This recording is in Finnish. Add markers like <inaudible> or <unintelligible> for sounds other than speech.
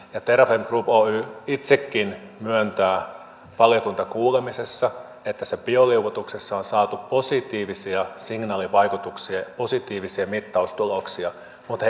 terrafame group oy itsekin myöntää valiokuntakuulemisessa että tässä bioliotuksessa on saatu positiivisia signaalivaikutuksia positiivisia mittaustuloksia mutta <unintelligible>